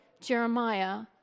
Jeremiah